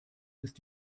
ist